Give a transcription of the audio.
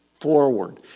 forward